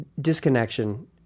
disconnection